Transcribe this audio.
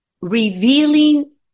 revealing